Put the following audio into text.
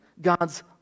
God's